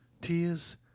tears